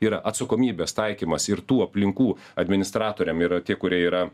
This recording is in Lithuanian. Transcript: yra atsakomybės taikymas ir tų aplinkų administratoriam ir tie kurie yra